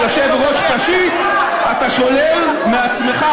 אני אאפשר ליושב-ראש האופוזיציה חבר הכנסת הרצוג,